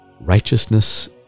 Righteousness